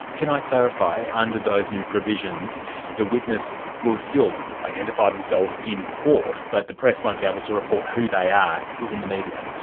can i clarify? under those new provisions the witness will still identify themselves in court, but the press won't be able to report who they are in the media?